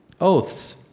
Oaths